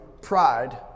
pride